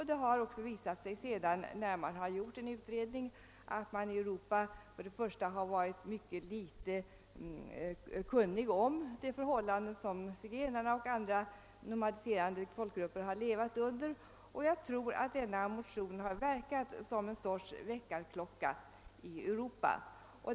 Det har också visat sig, när det sedan har gjorts en utredning, att man i Europa har haft mycket liten kunskap om de förhållanden som zigenare och andra nomadiserande folkgrupper har levat under. Jag tror att vår motion har verkat som en sorts väckarklocka i Europa.